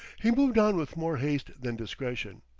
he moved on with more haste than discretion.